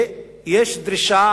ויש דרישה